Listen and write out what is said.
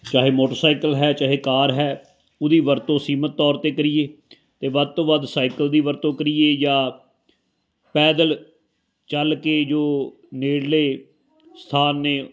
ਚਾਹੇ ਮੋਟਰਸਾਈਕਲ ਹੈ ਚਾਹੇ ਕਾਰ ਹੈ ਉਹਦੀ ਵਰਤੋਂ ਸੀਮਤ ਤੌਰ 'ਤੇ ਕਰੀਏ ਅਤੇ ਵੱਧ ਤੋਂ ਵੱਧ ਸਾਈਕਲ ਦੀ ਵਰਤੋਂ ਕਰੀਏ ਜਾਂ ਪੈਦਲ ਚੱਲ ਕੇ ਜੋ ਨੇੜਲੇ ਸਥਾਨ ਨੇ